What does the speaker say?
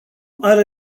are